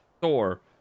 Thor